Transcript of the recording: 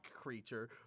creature